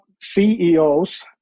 CEOs